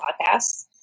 Podcasts